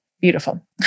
beautiful